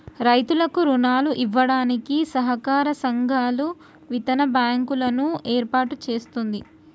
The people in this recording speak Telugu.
రైతులకు రుణాలు ఇవ్వడానికి సహకార సంఘాలు, విత్తన బ్యాంకు లను ఏర్పాటు చేస్తుంది